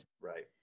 Right